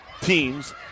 teams